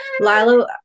Lilo